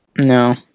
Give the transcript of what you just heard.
no